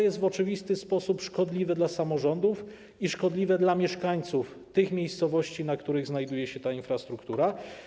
Jest to w oczywisty sposób szkodliwe dla samorządów i szkodliwe dla mieszkańców tych miejscowości, w których znajduje się ta infrastruktura.